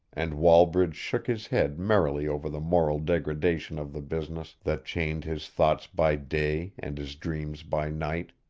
and wallbridge shook his head merrily over the moral degradation of the business that chained his thoughts by day and his dreams by night.